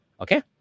Okay